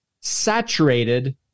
saturated